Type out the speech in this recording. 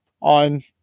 on